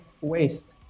waste